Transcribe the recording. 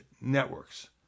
networks